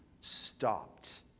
stopped